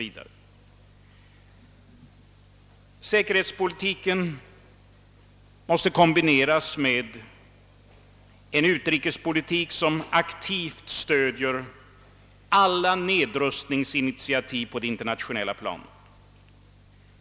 V. Säkerhetspolitiken måste kombineras med en utrikespolitik som aktivt stöder alla nedrustningsinitiativ på det internationella planet.